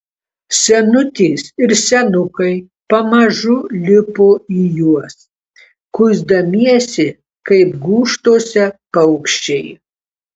senutės ir senukai pamažu lipo į juos kuisdamiesi kaip gūžtose paukščiai